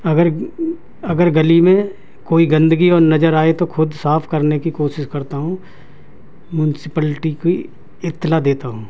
اگر اگر گلی میں کوئی گندگی اور نظر آئے تو خود صاف کرنے کی کوشش کرتا ہوں مونسپلٹی کی اطلاع دیتا ہوں